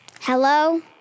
Hello